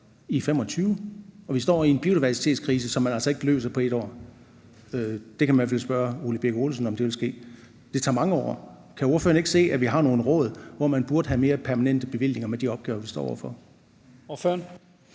i 2025, og vi står i en biodiversitetskrise, som man altså ikke løser på et år. Det kan man i hvert fald spørge Ole Birk Olesen om vil ske. Det tager mange år. Kan ordføreren ikke se, at vi har nogle råd, hvor man burde have mere permanente bevillinger med de opgaver, vi står over for?